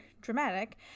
Dramatic